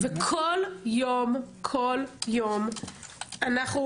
כל יום מתים אנשים